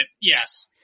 yes